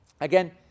Again